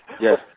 Yes